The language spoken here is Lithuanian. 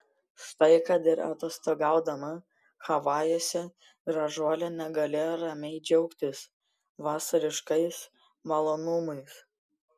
štai kad ir atostogaudama havajuose gražuolė negalėjo ramiai džiaugtis vasariškais malonumais